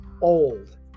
old